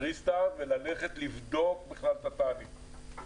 ריסטרט וללכת לבדוק את התהליך.